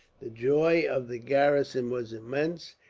the joy of the garrison was immense.